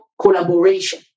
collaboration